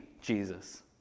Jesus